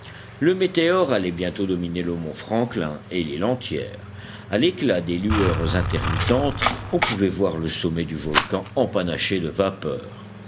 le météore allait bientôt dominer le mont franklin et l'île entière à l'éclat des lueurs intermittentes on pouvait voir le sommet du volcan empanaché de vapeurs